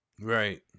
right